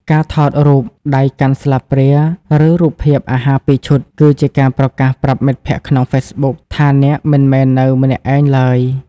ការថតរូប "ដៃកាន់ស្លាបព្រា" ឬ "រូបភាពអាហារពីរឈុត" គឺជាការប្រកាសប្រាប់មិត្តភក្ដិក្នុង Facebook ថាអ្នកមិនមែននៅម្នាក់ឯងឡើយ។